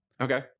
okay